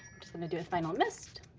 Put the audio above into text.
just gonna do a final mist,